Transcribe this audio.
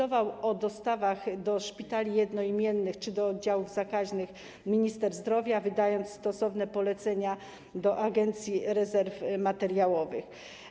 O dostawach do szpitali jednoimiennych czy do oddziałów zakaźnych decydował minister zdrowia, wydając stosowne polecenia skierowane do Agencji Rezerw Materiałowych.